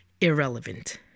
irrelevant